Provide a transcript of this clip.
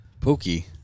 pookie